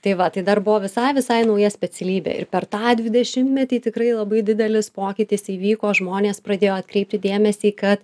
tai va tai dar buvo visai visai nauja specialybė ir per tą dvidešimtmetį tikrai labai didelis pokytis įvyko žmonės pradėjo atkreipti dėmesį kad